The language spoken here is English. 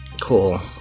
Cool